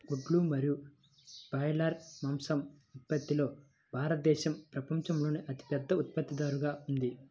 గుడ్లు మరియు బ్రాయిలర్ మాంసం ఉత్పత్తిలో భారతదేశం ప్రపంచంలోనే అతిపెద్ద ఉత్పత్తిదారుగా ఉంది